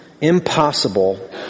impossible